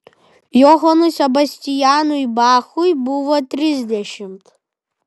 johanui sebastianui bachui buvo trisdešimt